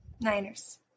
Niners